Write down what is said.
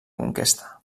conquesta